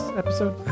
episode